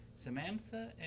Samantha